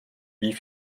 wie